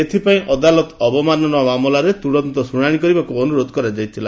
ଏଥିପାଇଁ ଅଦାଲତ ଅବମାନନା ମାମଲାର ତୁରନ୍ତ ଶୁଶାଶି କରିବାକୁ ଅନୁରୋଧ କରାଯାଇଥିଲା